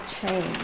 change